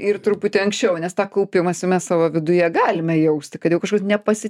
ir truputį ankščiau nes tą kaupimąsi mes savo viduje galime jausti kad jau kažko nepasi